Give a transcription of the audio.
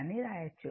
అని వ్రాయచ్చు